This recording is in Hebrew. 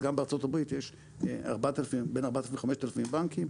גם בארה"ב יש בין 4,000 ל-5,000 בנקים,